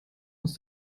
aus